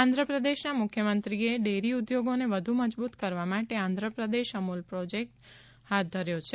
આંધ્રપ્રદેશના મુખ્યમંત્રીએ ડેરી ઉદ્યોગોને વધુ મજબૂત કરવા માટે આંધ્રપ્રદેશ અમુલ પ્રોજેક્ટ હાથ ધર્યા છે